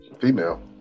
female